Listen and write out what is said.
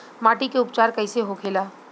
माटी के उपचार कैसे होखे ला?